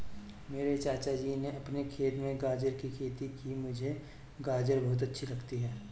मेरे चाचा जी ने अपने खेत में गाजर की खेती की है मुझे गाजर बहुत अच्छी लगती है